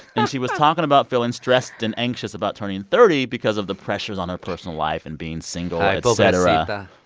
and she was talking about feeling stressed and anxious about turning thirty because of the pressures on her personal life and being single, et ah cetera